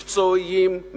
מקצועיים,